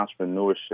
entrepreneurship